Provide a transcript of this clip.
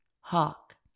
hawk